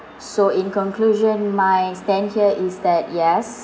so in conclusion my stand here is that yes